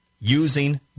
using